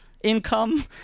income